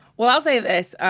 well, i'll say this.